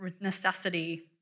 necessity